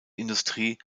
industrie